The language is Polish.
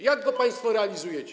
Jak go państwo realizujecie?